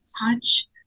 touch